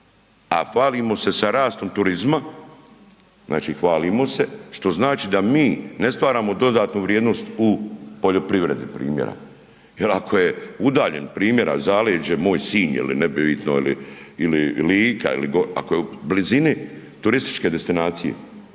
a falimo se sa rastom turizma, znači hvalimo se, što znači da mi ne stvaramo dodatnu vrijednost u poljoprivredi primjera, jer ako je udaljen primjera zaleđe moj Sinj ili nebitno ili, ili Lika ili, ako je u blizini turističke destinacije,